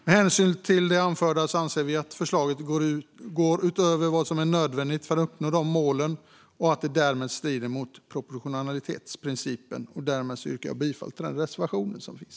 Med hänvisning till det anförda anser vi att förslaget går utöver vad som är nödvändigt för att uppnå målen och att det därmed strider mot proportionalitetsprincipen. Därmed yrkar jag bifall till reservationen.